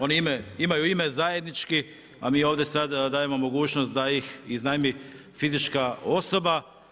Oni imaju ime zajednički, a mi ovdje sada dajemo mogućnost, da ih iznajmi fizička osoba.